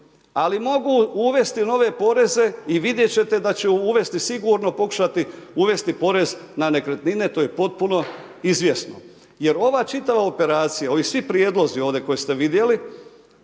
Ali mogu uvesti nove poreze i vidjet ćete da će uvesti sigurno, pokušati uvesti porez na nekretnine, to je potpuno izvjesno. Jer ova čitava operacija, ovi svi prijedlozi ovdje koje ste vidjeli,